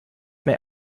mehr